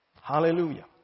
Hallelujah